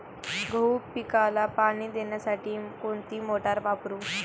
गहू पिकाला पाणी देण्यासाठी कोणती मोटार वापरू?